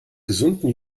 gesunden